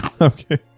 Okay